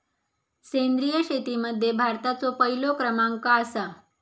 सेंद्रिय शेतीमध्ये भारताचो पहिलो क्रमांक आसा